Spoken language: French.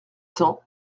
cents